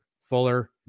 Fuller